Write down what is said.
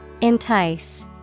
Entice